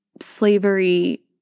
slavery